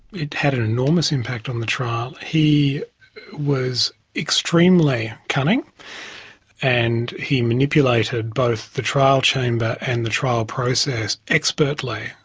it had an enormous impact on the trial. he was extremely cunning and he manipulated both the trial chamber and the trial process expertly.